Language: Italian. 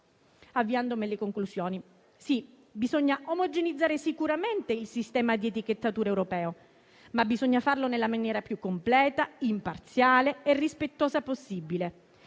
continente. In conclusione, sì, bisogna omogeneizzare sicuramente il sistema di etichettatura europeo, ma bisogna farlo nella maniera più completa, imparziale e rispettosa possibile.